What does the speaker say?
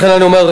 לכן אני אומר,